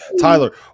Tyler